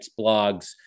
blogs